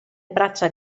braccia